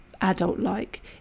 adult-like